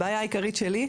הבעיה העיקרית שלי,